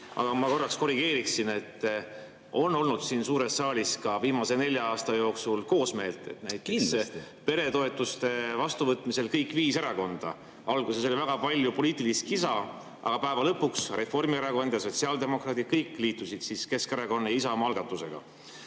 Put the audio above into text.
Aga ma korraks korrigeeriksin. On olnud siin suures saalis ka viimase nelja aasta jooksul koosmeelt. Kindlasti. Näiteks peretoetuste vastuvõtmisel kõik viis erakonda. Alguses oli väga palju poliitilist kisa, aga lõpuks Reformierakond ja sotsiaaldemokraadid, kõik liitusid Keskerakonna ja Isamaa algatusega.